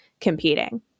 competing